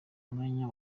umwanya